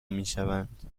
میشوند